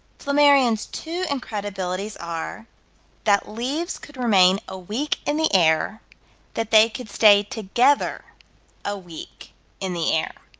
flammarion's two incredibilities are that leaves could remain a week in the air that they could stay together a week in the air.